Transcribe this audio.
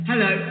Hello